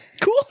Cool